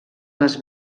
les